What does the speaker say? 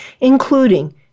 including